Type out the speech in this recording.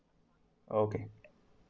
okay